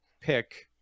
pick